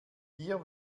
hier